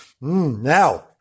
Now